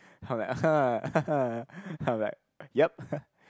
I'm like I'm like yup